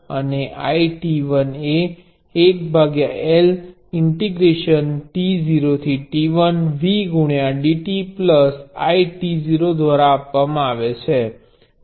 અને I એ 1L t0t1Vdt I દ્વારા આપવામાં આવે છે